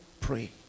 pray